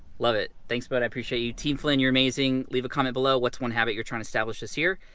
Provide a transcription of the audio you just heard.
love it. thanks buddy. i appreciate you team flynn, you're amazing. leave a comment below what's one habit you're trying to establish this year.